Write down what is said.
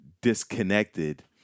disconnected